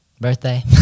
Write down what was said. birthday